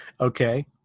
Okay